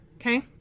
Okay